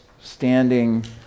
standing